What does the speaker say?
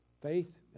Faith